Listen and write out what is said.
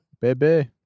Baby